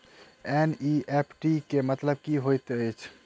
NEFT केँ मतलब की होइत अछि?